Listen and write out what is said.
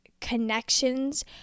connections